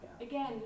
again